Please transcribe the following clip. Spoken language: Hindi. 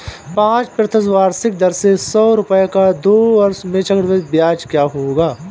पाँच प्रतिशत वार्षिक दर से सौ रुपये का दो वर्षों में चक्रवृद्धि ब्याज क्या होगा?